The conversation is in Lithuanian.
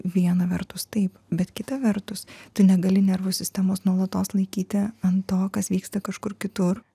viena vertus taip bet kita vertus tu negali nervų sistemos nuolatos laikyti ant to kas vyksta kažkur kitur